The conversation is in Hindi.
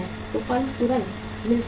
तो फर्म तुरंत मिल जाएगी